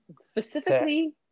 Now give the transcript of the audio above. Specifically